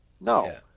No